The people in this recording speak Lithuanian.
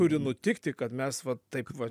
turi nutikti kad mes va taip va